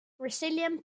resilient